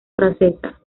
francesa